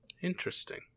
Interesting